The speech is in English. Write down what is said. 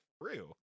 real